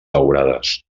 daurades